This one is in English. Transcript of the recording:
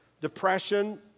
depression